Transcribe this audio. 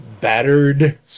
battered